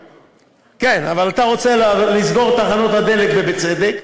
כן, אבל אתה רוצה לסגור תחנות דלק, ובצדק,